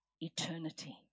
eternity